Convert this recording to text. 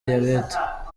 diyabete